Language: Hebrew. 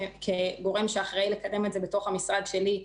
כגורם שאחראי לקדם את זה בתוך המשרד שלי,